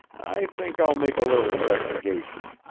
i think i'll make a little investigation.